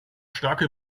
starke